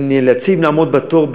נאלצים לעמוד בתור,